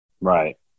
right